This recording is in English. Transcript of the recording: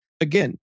Again